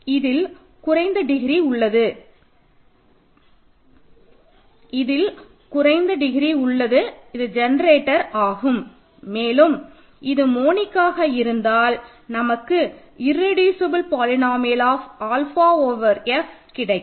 இதில் குறைந்த டிகிரி உள்ளது ஜெனரேட்டர் ஆகும் மேலும் இது மோனிக்ஆக இருந்தால் நமக்கு irreducible polynomial of alpha over F கிடைக்கும்